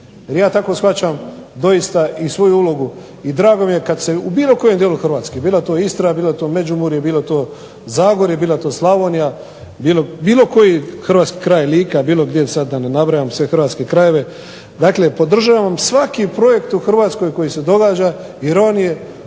Jer ja tako shvaćam doista i svoju ulogu i drago mi je kada se u bilo kojem dijelu Hrvatske bila to Istra, bilo to Međimurje, bilo to Zagorje, bila to Slavonija, bilo koji dio kraj Lika, da ne nabrajam sve hrvatske krajeve, dakle podržavam svaki projekt u Hrvatskoj koji se događa jer